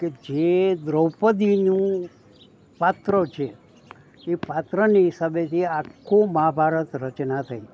કે જે દ્રોપદીનું પાત્ર છે એ પાત્રને હિસાબે આખા મહાભારતની રચના થઈ